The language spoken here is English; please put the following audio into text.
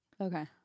okay